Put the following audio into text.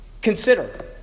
Consider